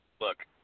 Look